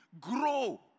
Grow